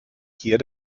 hier